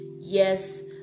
yes